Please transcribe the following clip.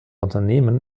unternehmen